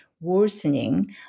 worsening